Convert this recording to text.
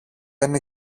είναι